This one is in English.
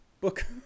Book